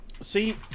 see